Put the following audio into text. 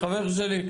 חבר שלי,